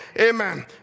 Amen